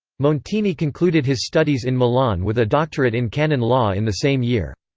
montini concluded his studies in milan with a doctorate in canon law in the same year.